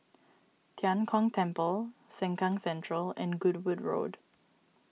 Tian Kong Temple Sengkang Central and Goodwood Road